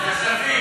הכנסת.